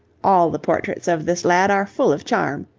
all the portraits of this lad are full of charm.